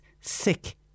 sick